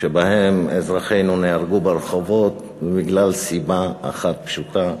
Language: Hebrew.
שבהן אזרחינו נהרגו ברחובות בגלל סיבה אחת פשוטה,